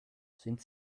sind